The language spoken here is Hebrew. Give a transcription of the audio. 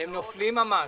הם נופלים ממש.